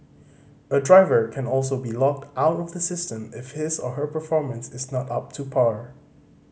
a driver can also be locked out of the system if his or her performance is not up to par